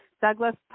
Douglas